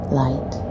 light